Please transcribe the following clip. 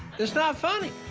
it's not funny.